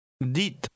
Dites